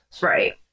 Right